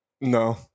No